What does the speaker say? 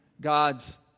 God's